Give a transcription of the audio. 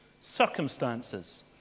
circumstances